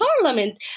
parliament